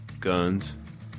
Guns